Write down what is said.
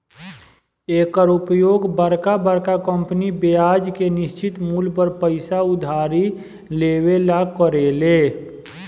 एकर उपयोग बरका बरका कंपनी ब्याज के निश्चित मूल पर पइसा उधारी लेवे ला करेले